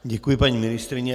Děkuji, paní ministryně.